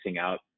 out